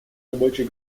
рабочей